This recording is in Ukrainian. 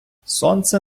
сонце